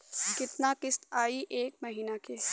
कितना किस्त आई एक महीना के?